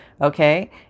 Okay